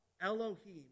Elohim